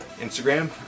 Instagram